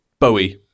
Bowie